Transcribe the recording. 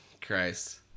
Christ